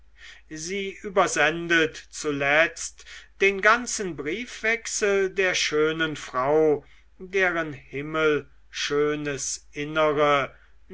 sie übersendet zuletzt den ganzen briefwechsel der schönen frau deren himmelschönes innere